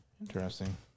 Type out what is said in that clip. Interesting